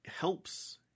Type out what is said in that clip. helps